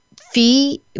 fee